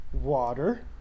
water